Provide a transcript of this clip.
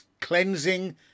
cleansing